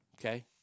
okay